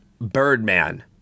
Birdman